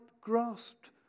grasped